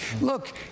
Look